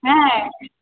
হ্যাঁ